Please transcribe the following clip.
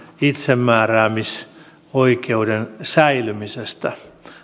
itsemääräämisoikeuden säilymisestä